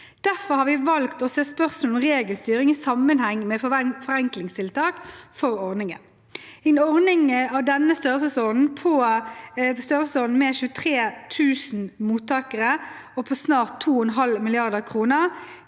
Derfor har vi valgt å se spørsmål om regelstyring i sammenheng med forenklingstiltak for ordningen. I en ordning av denne størrelsesordenen, med 23 000 mottakere og på snart 2,5 mrd. kr,